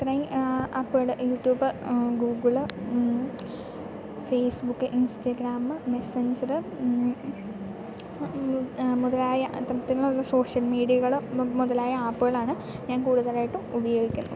ഇത്രയും ആപ്പുകൾ YouTube Google Facebook Instagram Messenger മുതലായ അത്തരത്തിലുള്ള സോഷ്യൽ മീഡിയകൾ മുതലായ ആപ്പുകളാണ് ഞാൻ കൂടുതലായിട്ടും ഉപയോഗിക്കുന്നത്